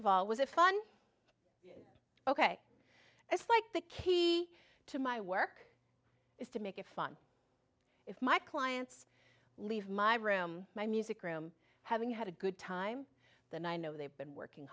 of all was a fun ok it's like the key to my work is to make it fun if my clients leave my room my music room having had a good time than i know they've been working